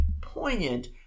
poignant